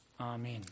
Amen